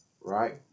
Right